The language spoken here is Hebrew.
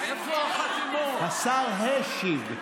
השר השיב.